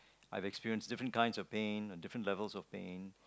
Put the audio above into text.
I've experienced different kinds of pain and different levels of pain